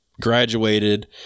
graduated